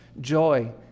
joy